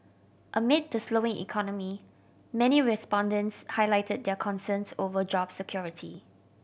amid the slowing economy many respondents highlighted their concerns over job security